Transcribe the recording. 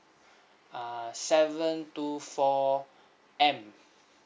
uh seven two four M